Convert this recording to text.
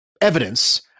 evidence